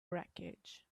wreckage